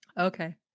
Okay